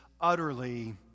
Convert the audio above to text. utterly